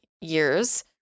years